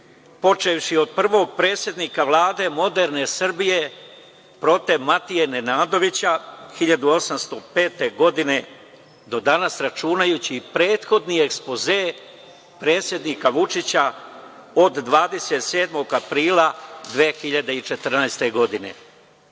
počevši od prvog predsednika Vlade moderne Srbije prote Mateje Nenadović, 1805. godine do danas, računajući i prethodni ekspoze predsednika Vučića od 27. aprila 2014. godine. Vama